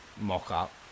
mock-up